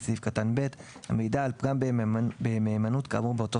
סעיף קטן (ב) המעידה על פגם במהימנות כאמור באותו